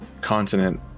continent